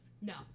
No